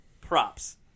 Props